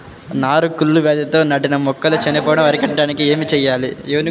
నారు కుళ్ళు వ్యాధితో నాటిన మొక్కలు చనిపోవడం అరికట్టడానికి ఏమి చేయాలి?